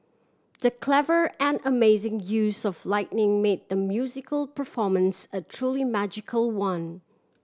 the clever and amazing use of lighting made the musical performance a truly magical one